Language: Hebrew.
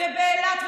באילת,